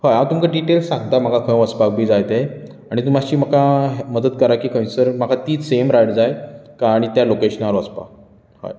हय हांव तुमकां डिटेल सांगता म्हाका खंय वचपाक बी जाय ते आमी तुमी मातशी म्हाका मदत करां की खंयसर तीच म्हाका सेम रायड जाय आनी त्या लोकेशनार वचपाक हय